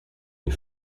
est